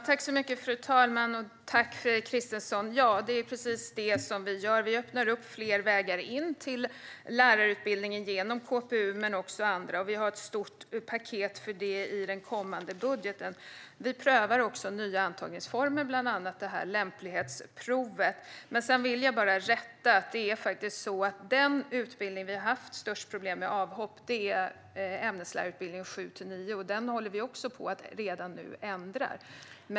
Fru talman! Tack, Fredrik Christensson! Det är precis det vi gör - vi öppnar upp fler vägar in till lärarutbildningen, bland annat genom KPU. Vi har ett stort paket för det i den kommande budgeten. Vi prövar också nya antagningsformer, bland annat lämplighetsprovet. Sedan vill jag göra en rättelse. Det är faktiskt så att den utbildning där vi haft störst problem med avhopp är ämneslärare 7-9, och den håller vi redan nu på att ändra.